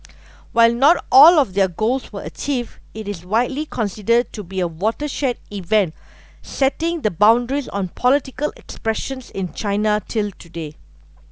while not all of their goals were achieved it is widely considered to be a watershed event setting the boundaries on political expressions in china till today